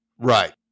Right